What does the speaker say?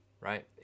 right